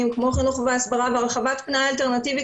כמו חינוך והסברה והרחבת פנאי אלטרנטיבי,